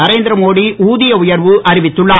நரேந்திரமோடி ஊதிய உயர்வு அறிவித்துள்ளார்